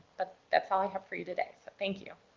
but that's all i have for you today. thank you.